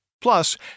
Plus